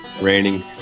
raining